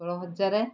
ଷୋହଳ ହଜାର